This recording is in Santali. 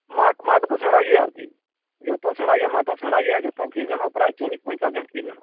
ᱢᱟᱴᱷ ᱢᱟᱴᱷ ᱫᱚ ᱥᱮᱸᱲᱟᱭ ᱜᱮ ᱟᱨᱠᱤ ᱡᱚᱛᱚ ᱥᱮᱸᱲᱟ ᱜᱮᱭᱟ ᱢᱟᱴᱷ ᱦᱚ ᱥᱮᱲᱟ ᱜᱮᱭᱟ ᱡᱷᱚᱛᱚ ᱠᱷᱮᱞ ᱜᱟᱱᱚ ᱟ ᱯᱨᱟᱭ ᱪᱚᱞᱞᱤᱥ ᱯᱚᱱᱪᱟᱥ ᱡᱚᱱ ᱠᱷᱮᱞ ᱜᱟᱱᱚᱼᱟ